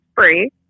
free